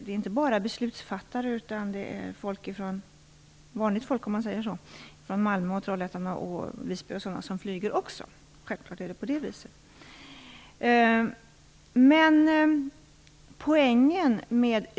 Det är inte bara beslutsfattare utan också s.k. vanligt folk från t.ex. Malmö, Trollhättan och Visby som flyger. Självfallet är det på det viset.